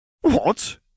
What